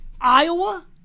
Iowa